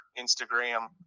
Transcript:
Instagram